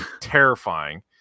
terrifying